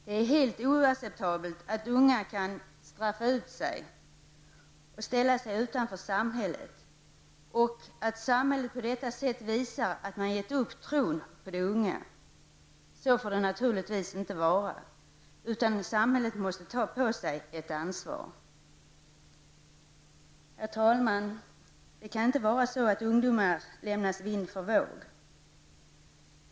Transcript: Det är helt oacceptabelt att unga kan ''straffa ut sig'' och ställa sig utanför samhället och att samhället på detta sätt visar att man har gett upp tron på de unga. Så får det naturligtvis inte vara, utan samhället måste ta på sig ett ansvar. Herr talman! Det får inte vara så att ungdomar lämnas vind för våg.